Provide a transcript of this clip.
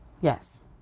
Yes